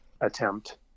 attempt